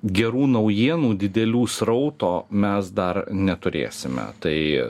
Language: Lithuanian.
gerų naujienų didelių srauto mes dar neturėsime tai